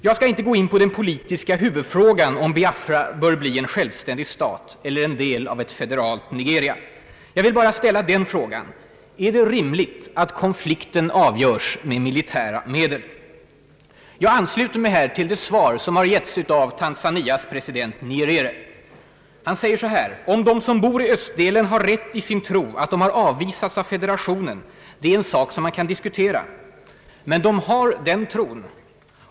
Jag skall inte gå in på den politiska huvudfrågan: om Biafra bör bli en självständig stat eller vara en del av ett federalt Nigeria. Jag vill bara ställa frågan: Är det rimligt att konflikten avgörs med militära medel? Jag ansluter mig då till det svar som givits av Tanzanias president Nyerere. »Om de som bor i östdelen har rätt i sin tro att de har avvisats av federationen, är en sak som man kan diskutera. Men de har den tron.